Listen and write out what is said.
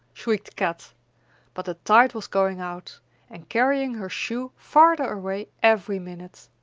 shrieked kat but the tide was going out and carrying her shoe farther away every minute.